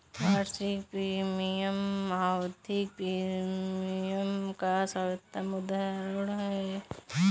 वार्षिक प्रीमियम आवधिक प्रीमियम का सर्वोत्तम उदहारण है